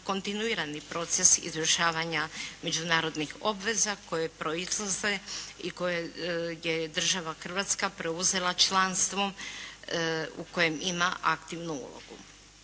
kontinuirani proces izvršavanja međunarodnih obveza koje proizlaze i koje je država Hrvatska preuzela članstvom u kojem ima aktivnu ulogu.